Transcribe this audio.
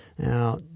Now